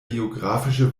geographische